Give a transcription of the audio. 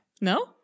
No